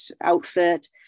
outfit